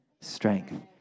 strength